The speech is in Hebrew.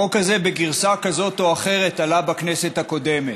החוק הזה, בגרסה כזאת או אחרת, עלה בכנסת הקודמת.